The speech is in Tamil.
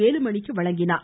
வேலுமணிக்கு வழங்கினார்